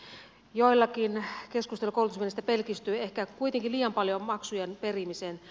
joillakin keskustelu koulutusviennistä pelkistyy ehkä kuitenkin liian paljon maksujen perimiseen